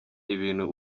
ibintu